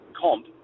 comp